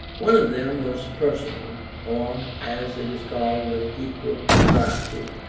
one of them was personal, or, as it is called with equal propriety,